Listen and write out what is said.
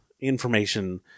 information